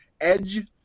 Edge